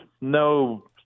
no